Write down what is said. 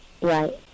Right